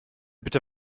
bitte